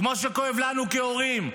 כמו שכואב לנו כהורים.